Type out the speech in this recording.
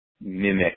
mimic